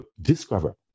discover